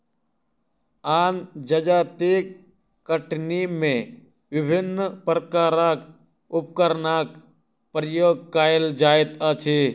आन जजातिक कटनी मे विभिन्न प्रकारक उपकरणक प्रयोग कएल जाइत अछि